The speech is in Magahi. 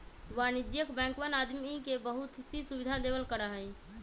वाणिज्यिक बैंकवन आदमी के बहुत सी सुविधा देवल करा हई